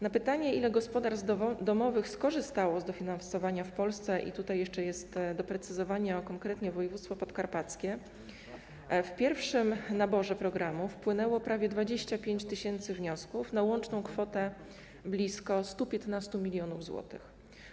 Na pytanie, ile gospodarstw domowych skorzystało z dofinansowania w Polsce - tutaj jeszcze jest doprecyzowanie, że chodzi konkretnie o woj. podkarpackie - odpowiadam, że w pierwszym naborze programu wpłynęło prawie 25 tys. wniosków na łączną kwotę blisko 115 mln zł.